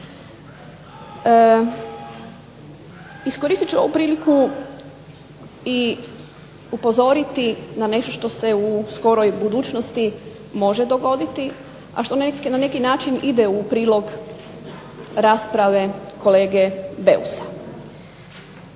Iskoristit ću ovu priliku i upozoriti na nešto što se u skoroj budućnosti može dogoditi, a što na neki način ide u prilog rasprave kolege Beusa.